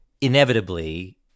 inevitably